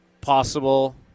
possible